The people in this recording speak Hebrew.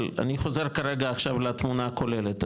אבל אני חוזר כרגע עכשיו לתמונה הכוללת,